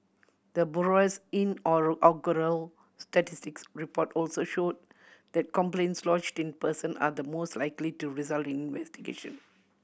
the bureau's statistics report also show that complaints lodged in person are the most likely to result investigation